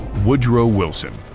woodrow wilson